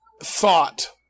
thought